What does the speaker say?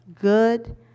good